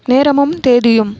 நேரமும் தேதியும்